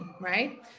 right